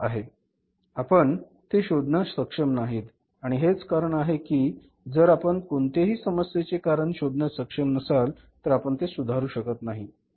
आपण ते शोधण्यात सक्षम नाहीत आणि हेच कारण आहे की जर आपण कोणत्याही समस्येचे कारण शोधण्यात सक्षम नसाल तर आपण ते सुधारू शकत नाही